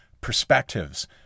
perspectives